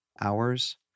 hours